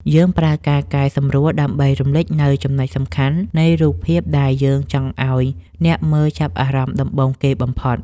យើងប្រើការកែសម្រួលដើម្បីរំលេចនូវ ចំណុចសំខាន់ នៃរូបភាពដែលយើងចង់ឱ្យអ្នកមើលចាប់អារម្មណ៍ដំបូងគេបំផុត។